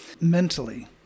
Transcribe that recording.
mentally